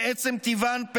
מעצם טבען,